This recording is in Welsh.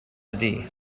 ydy